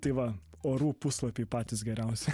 tai va orų puslapy patys geriausi